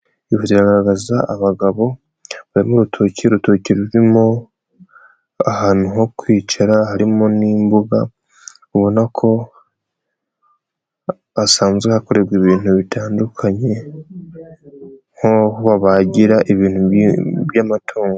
Inzu ziragaragaza abagabo bari murutoki, urutoki rurimo ahantu ho kwicara harimo n'imbuga ubona ko hasanzwe hakorerwa ibintu bitandukanye, nko babagira ibintu by'amatungo.